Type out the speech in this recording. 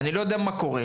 ואני לא יודע מה קורה,